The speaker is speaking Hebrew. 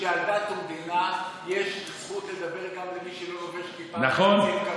שעל דת ומדינה יש זכות לדבר גם למי שלא לובש כיפה וציצית כמוני.